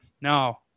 no